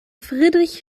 friedrich